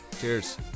Cheers